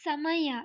ಸಮಯ